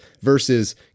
versus